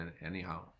anyhow